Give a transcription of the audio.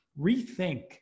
rethink